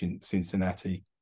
Cincinnati